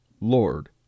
Lord